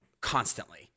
constantly